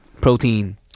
protein